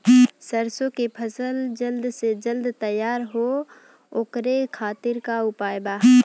सरसो के फसल जल्द से जल्द तैयार हो ओकरे खातीर का उपाय बा?